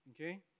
okay